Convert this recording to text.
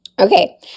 Okay